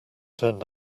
turned